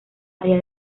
allá